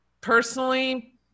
personally